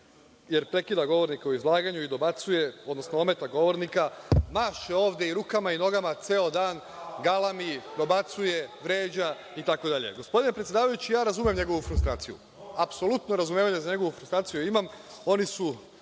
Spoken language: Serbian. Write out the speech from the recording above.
jer prekida govornika u izlaganju i dobacuje, odnosno ometa govornika, maše ovde i rukama i nogama ceo dan, galami, dobacuje, vređa itd. Gospodine predsedavajući, razumem njegovu frustraciju, apsolutno razumevanje za neku frustraciju imam,